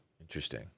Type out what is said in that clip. Interesting